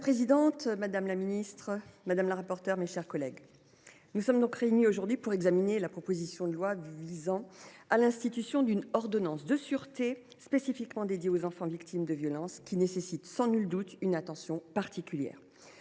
Madame la présidente, madame la ministre, mes chers collègues, nous sommes réunis aujourd’hui pour examiner la proposition de loi visant à instituer une ordonnance de sûreté spécifiquement dédiée aux enfants victimes de violences, lesquels méritent sans nul doute une attention particulière.